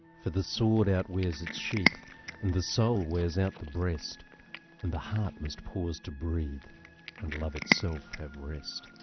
for the sword outwears its sheathand and the soul wears out the breast and the heart must pause to breathe and love itself at rest.